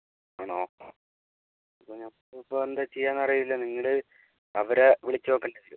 ആണോ അപ്പോൾ ഞാൻ ഇപ്പോൾ ഇപ്പോൾ എന്താ ചെയ്യുക എന്നറിയില്ല നിങ്ങൾ അവരെ വിളിച്ച് നോക്കേണ്ടി വരും